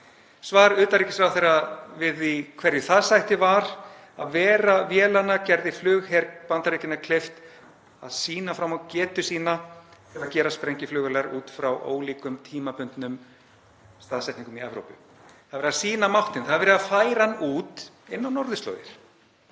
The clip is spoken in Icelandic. Svar utanríkisráðherra við því hverju það sætti var að vera vélanna gerði flugher Bandaríkjanna kleift að sýna fram á getu sína til að gera sprengjuflugvélar út frá ólíkum tímabundnum staðsetningum í Evrópu. Það er verið að sýna máttinn. Það er verið að færa hann út og inn á norðurslóðir.